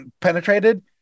penetrated